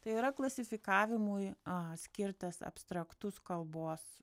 tai yra klasifikavimui a skirtas abstraktus kalbos